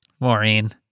Maureen